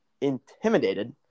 Intimidated